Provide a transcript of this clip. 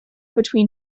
between